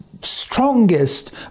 strongest